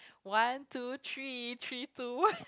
one two three three two one